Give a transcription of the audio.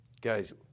guys